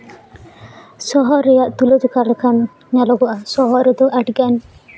ᱥᱚᱦᱚᱨ ᱨᱮᱭᱟᱜ ᱛᱩᱞᱟᱹ ᱡᱚᱠᱷᱟ ᱞᱮᱠᱷᱟᱱ ᱧᱮᱞᱚᱜᱚᱜᱼᱟ ᱥᱚᱦᱚᱨ ᱨᱮᱫᱚ ᱟᱹᱰᱤᱜᱟᱱ